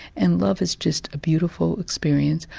and love is just a beautiful experience.